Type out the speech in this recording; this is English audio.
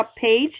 page